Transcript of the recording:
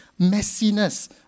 messiness